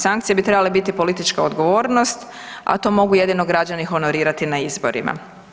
Sankcije bi trebale biti politička odgovornost, a to mogu jedino građani honorirati na izborima.